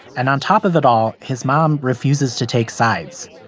and on top of it all, his mom refuses to take sides.